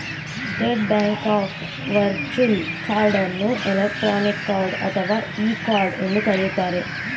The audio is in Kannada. state Bank of virtual card ಅನ್ನು ಎಲೆಕ್ಟ್ರಾನಿಕ್ ಕಾರ್ಡ್ ಅಥವಾ ಇ ಕಾರ್ಡ್ ಎಂದು ಕರೆಯುತ್ತಾರೆ